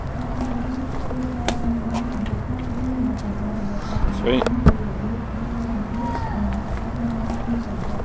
ស្ថាប័នអប់រំគួរ រៀបចំសិក្ខាសាលា សម្រាប់សិស្ស គ្រូ និងឪពុកម្ដាយ ដើម្បីផ្តល់ចំណេះដឹងពីរបៀបដោះស្រាយសម្ពាធ និងការថែទាំសុខភាពផ្លូវចិត្ត។